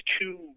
two